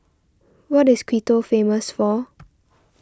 what is Quito famous for